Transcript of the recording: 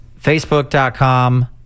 facebook.com